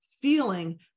feeling